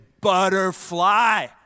butterfly